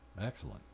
Excellent